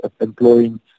employing